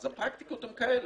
אז הפרקטיקות הן כאלה,